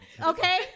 Okay